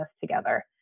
together